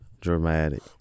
dramatic